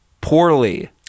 poorly